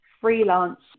freelance